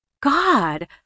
God